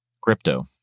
crypto